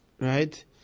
right